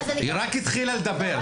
היא רק התחילה לדבר.